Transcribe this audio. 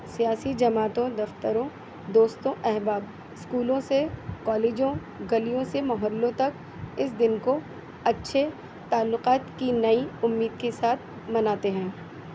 سیاسی جماتوں دفتروں دوستوں احباب اسکولوں سے کالجوں گلیوں سے محلوں تک اس دن کو اچھے تعلقات کی نئی امید کے ساتھ مناتے ہیں